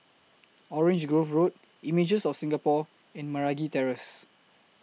Orange Grove Road Images of Singapore and Meragi Terrace